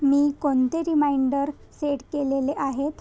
मी कोणते reminder set केलेले आहेत